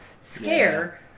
scare